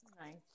Nice